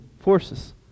forces